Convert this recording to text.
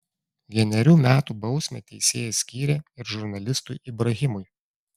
vienerių metų bausmę teisėjas skyrė ir žurnalistui ibrahimui